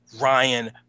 Ryan